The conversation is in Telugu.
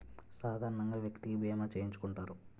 సాధారణంగా వ్యక్తికి బీమా చేయించుకుంటారు